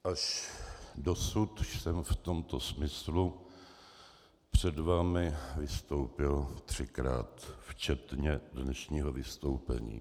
Až dosud jsem v tomto smyslu před vámi vystoupil třikrát, včetně dnešního vystoupení.